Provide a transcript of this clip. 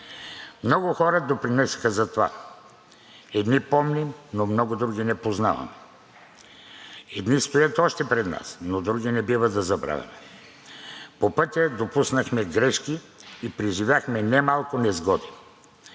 Много хора допринесоха за това – едни помним, но много други не познаваме. Едни стоят още пред нас, но други не бива да забравяме. По пътя допуснахме грешки и преживяхме немалко несгоди.